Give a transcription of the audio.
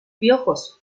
piojos